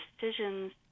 decisions